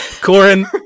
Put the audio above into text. Corin